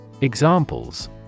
Examples